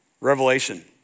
Revelation